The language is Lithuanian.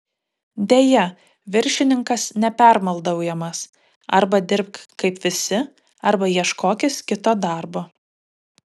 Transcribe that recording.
deja viršininkas nepermaldaujamas arba dirbk kaip visi arba ieškokis kito darbo